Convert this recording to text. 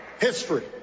history